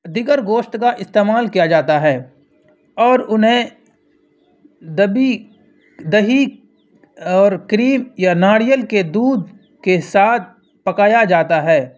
دیگر گوشت کا استعمال کیا جاتا ہے اور انہیں دبی دہی اور کریم یا ناریل کے دودھ کے ساتھ پکایا جاتا ہے